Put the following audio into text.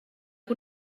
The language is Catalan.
que